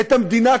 את המדינה כולה.